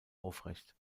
aufrecht